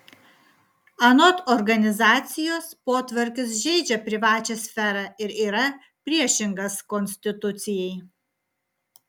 anot organizacijos potvarkis žeidžia privačią sferą ir yra priešingas konstitucijai